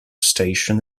station